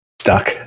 Stuck